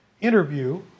interview